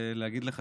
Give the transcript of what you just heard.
להגיד לך